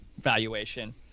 valuation